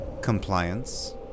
Compliance